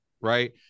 right